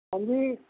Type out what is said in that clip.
ਹਾਂਜੀ